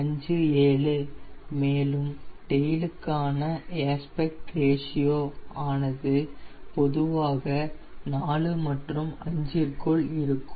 57 மேலும் டெயிலுக்கான aspect ratio ஆனது பொதுவாக 4 மற்றும் 5 ற்குள் இருக்கும்